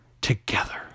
together